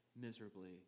miserably